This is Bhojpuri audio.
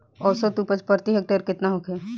औसत उपज प्रति हेक्टेयर केतना होखे?